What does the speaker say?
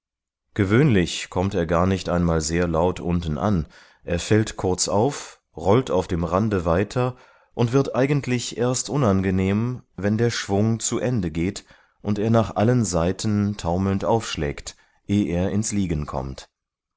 gewöhnlich kommt er gar nicht einmal sehr laut unten an er fällt kurz auf rollt auf dem rande weiter und wird eigentlich erst unangenehm wenn der schwung zu ende geht und er nach allen seiten taumelnd aufschlägt eh er ins liegen kommt